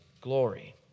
glory